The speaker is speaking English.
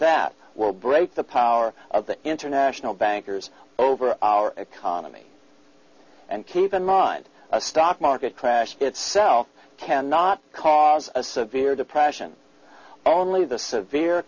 that will break the power of the international bankers over our economy and keep in mind a stock market crash itself cannot cause a severe depression only the severe